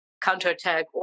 counterattack